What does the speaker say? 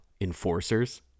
enforcers